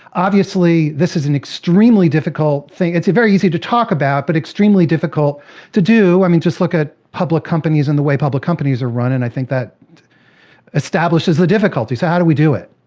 obviously, this is an extremely difficult thing. it's very easy to talk about but extremely difficult to do. i mean just look at public companies and the way public companies are run. and i think that establishes the difficulty. so how do we do it?